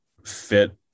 fit